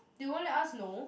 they won't let us know